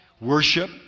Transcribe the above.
Worship